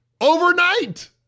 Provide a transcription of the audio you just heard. overnight